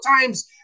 times